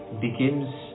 begins